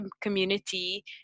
community